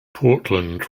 portland